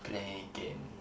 play game